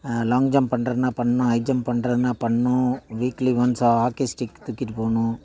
long jump பண்ணுறதுன்னா பண்ணணும் high jump பண்ணுறதுன்னா பண்ணணும் வீக்லி ஒன்ஸ் ஹாக்கி ஸ்டிக் தூக்கிட்டுப் போகணும்